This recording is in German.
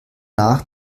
nach